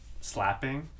slapping